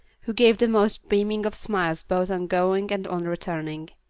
who gave the most beaming of smiles both on going and on returning.